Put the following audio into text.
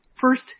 first